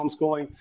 homeschooling